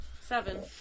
Seven